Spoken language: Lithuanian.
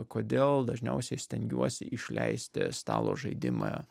kodėl dažniausiai stengiuosi išleisti stalo žaidimą